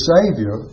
Savior